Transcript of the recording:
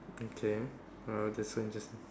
okay well this one just